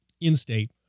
in-state